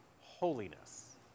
holiness